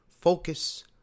focus